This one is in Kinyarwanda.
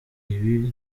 ibi